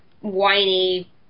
whiny